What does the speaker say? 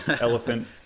elephant